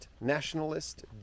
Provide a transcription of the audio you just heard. nationalist